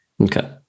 Okay